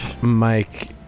Mike